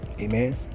Amen